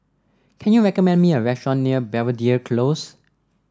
can you recommend me a restaurant near Belvedere Close